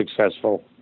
successful